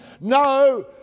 No